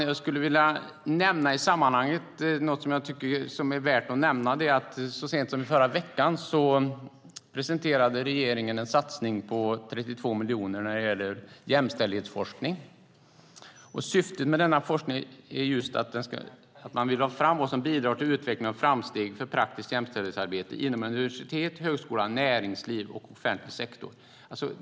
Jag skulle i sammanhanget vilja nämna något som är värt att nämna. Det är att så sent som i förra veckan presenterade regeringen en satsning på 32 miljoner när det gäller jämställdhetsforskning. Syftet med denna forskning är att man vill få fram vad som bidrar till utveckling och framsteg för praktiskt jämställdhetsarbete inom universitet, högskola, näringsliv och offentlig sektor.